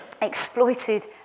exploited